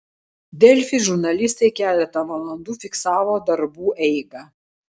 delfi žurnalistai keletą valandų fiksavo darbų eigą